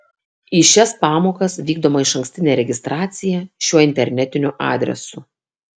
į šias pamokas vykdoma išankstinė registracija šiuo internetiniu adresu